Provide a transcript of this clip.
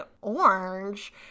orange